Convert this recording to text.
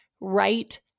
right